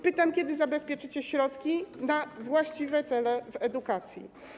Pytam, kiedy zabezpieczycie środki na właściwe cele w edukacji.